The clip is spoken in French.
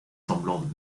semblant